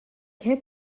heb